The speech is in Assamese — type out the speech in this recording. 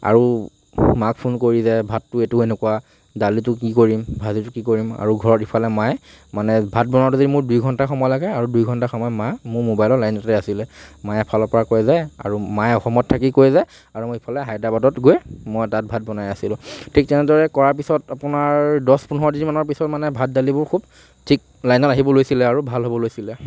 আৰু মাক ফোন কৰি যে ভাতটো এইটো এনেকুৱা দালিটো কি কৰিম ভাজিটো কি কৰিম আৰু ঘৰত ইফালে মায়ে মানে ভাত বনাওঁতে যদি মোৰ দুই ঘণ্টাও সময় লাগে আৰু দুই ঘণ্টা সময় মা মোৰ মোবাইলৰ লাইনতে আছিলে মায়ে এফালৰ পৰা কৈ যায় আৰু মায়ে অসমত থাকি কৈ যায় আৰু ইফালে হায়দৰাবাদত গৈ মই তাত ভাত বনাই আছিলো ঠিক তেনেদৰে কৰাৰ পিছত আপোনাৰ দচ পোন্ধৰ দিনৰ পাছত মানে ভাত দালিবোৰ খুব ঠিক লাইনত আহিব লৈছিলে আৰু ভাল হ'ব লৈছিলে